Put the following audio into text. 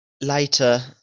later